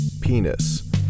penis